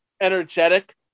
energetic